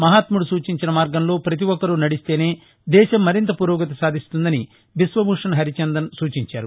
మహాత్ముడు సూచించిన మార్గంలో పతి ఒక్కరూ నడిస్తేనే దేశం మరింత పురోగతి సాధిస్తుందని బిశ్వభూషణ్ హరిచందన్ సూచించారు